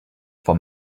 for